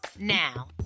now